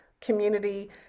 community